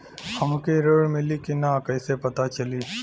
हमके ऋण मिली कि ना कैसे पता चली?